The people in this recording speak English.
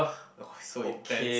oh so intense